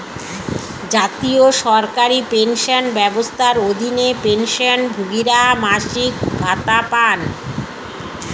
জাতীয় সরকারি পেনশন ব্যবস্থার অধীনে, পেনশনভোগীরা মাসিক ভাতা পান